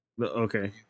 Okay